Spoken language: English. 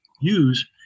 use